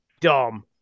dumb